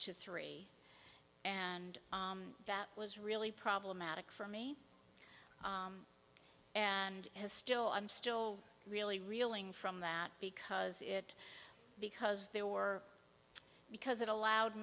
to three and that was really problematic for me and has still i'm still really reeling from that because it because there were because it allowed